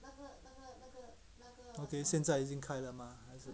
所以现在已经开了吗